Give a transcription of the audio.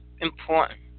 important